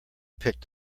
picked